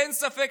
אין ספק,